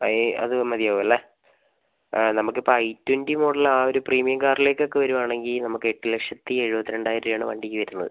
I അതുമതിയാവും അല്ലെ നമുക്ക് ഇപ്പോൾ ട്വൻറ്റി മോഡലാ ഒരു പ്രീമിയം കാറിലേക്കൊക്കെ വരുവാണെങ്കിൽ നമുക്ക് എട്ട് ലക്ഷത്തി എഴുപത്തി രണ്ടായിരം രൂപയാണ് വണ്ടിക്ക് വരുന്നത്